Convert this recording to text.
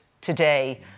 today